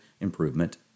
improvement